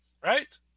right